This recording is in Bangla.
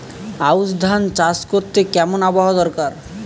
আউশ ধান চাষ করতে কেমন আবহাওয়া দরকার?